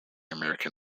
american